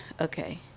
okay